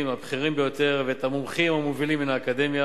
הבכירים ביותר ואת המומחים המובילים מן האקדמיה,